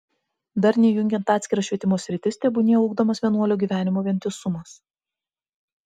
darniai jungiant atskiras švietimo sritis tebūnie ugdomas vienuolio gyvenimo vientisumas